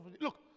Look